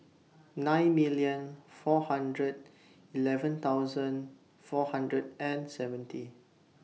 nine million four hundred eleven thousand four hundred and seventy